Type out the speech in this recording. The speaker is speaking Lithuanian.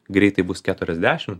greitai bus keturiasdešim